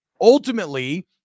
Ultimately